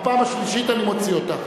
בפעם השלישית אני מוציא אותך.